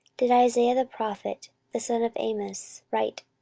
did isaiah the prophet, the son of amoz, write.